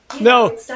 No